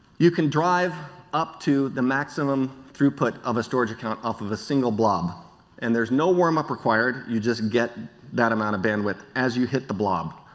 you can drive up to the maximum throughput of a storage account off a single blob and there is no warm up required, you just get that amount of bandwidth as you hit the blob.